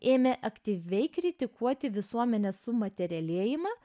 ėmė aktyviai kritikuoti visuomenės sumaterialėjimą